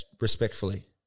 respectfully